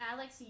Alex